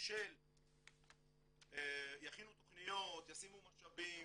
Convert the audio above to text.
של "יכינו תכניות, ישימו משאבים,